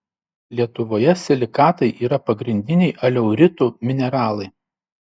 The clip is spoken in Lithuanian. lietuvoje silikatai yra pagrindiniai aleuritų mineralai